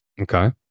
okay